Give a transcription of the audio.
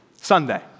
Sunday